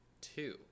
two